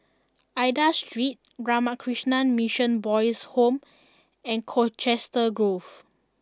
Aida Street Ramakrishna Mission Boys' Home and Colchester Grove